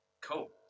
Cool